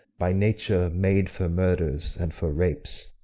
by nature made for murders and for rapes.